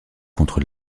contre